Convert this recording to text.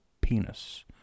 penis